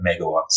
megawatts